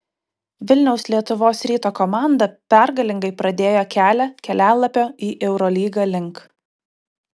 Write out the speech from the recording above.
vilniaus lietuvos ryto komanda pergalingai pradėjo kelią kelialapio į eurolygą link